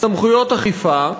סמכויות אכיפה,